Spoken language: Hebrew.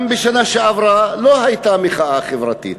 גם בשנה שעברה לא הייתה מחאה חברתית.